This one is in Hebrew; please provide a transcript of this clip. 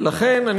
לוועדת הפנים.